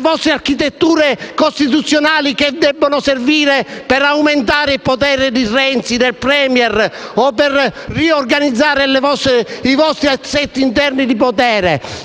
vostre architetture costituzionali che debbono servire per aumentare il potere di Renzi, del *Premier*, o per riorganizzare i vostri assetti interni di potere!